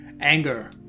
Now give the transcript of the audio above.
anger